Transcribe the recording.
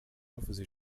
avuze